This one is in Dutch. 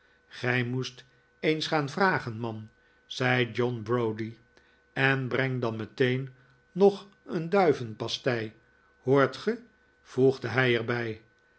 gij moest eens geaa vragen man zei john browdie en breng dan meteen nog een duivenpastei hoort ge voegde hij er